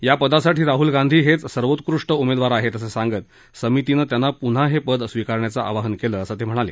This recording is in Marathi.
या पदासाठी राहुल गांधी हेच सर्वोत्कृष्ट उमेदवार आहेत असं सांगत समितीनं त्यांना पुन्हा हे पद स्वीकारण्याचं आवाहन केलं असं ते म्हणाले